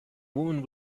woman